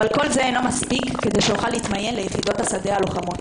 אבל כל זה אינו מספיק כדי שאוכל להתמיין ליחידות השדה הלוחמות.